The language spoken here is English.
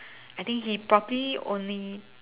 I think he probably only